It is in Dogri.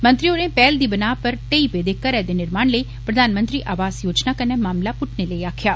मंत्री होरें पैहल दी विनाह पर ढेई पेदे घरै दे निर्माण लेई प्रधानमंत्री आवास योजना कन्नै मामला पूट्टने लेई आक्खेआ